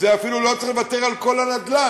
אפילו לא צריך לוותר על כל הנדל"ן.